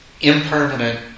impermanent